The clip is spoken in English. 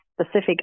specific